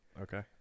Okay